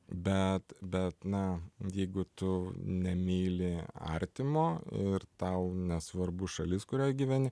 bet bet na jeigu tu nemyli artimo ir tau nesvarbu šalis kurioj gyveni